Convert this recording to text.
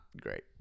great